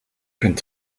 könnt